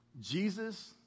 Jesus